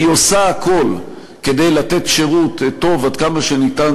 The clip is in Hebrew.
היא עושה הכול כדי לתת שירות טוב עד כמה שניתן,